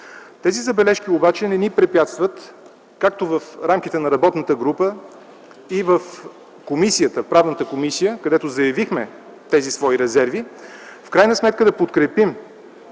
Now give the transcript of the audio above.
Тези забележки обаче не ни препятстват както в рамките на работната група и в Правната комисия, където заявихме тези свои резерви, в крайна сметка да подкрепим